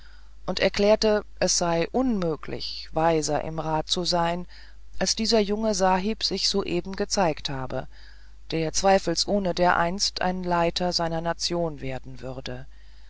und erklärte es sei unmöglich weiser im rat zu sein als dieser junge sahib sich soeben gezeigt habe der zweifelsohne dereinst ein leiter seiner nation werden würde